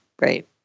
right